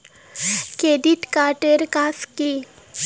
Credit card এর কাজ কি?